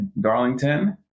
Darlington